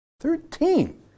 Thirteen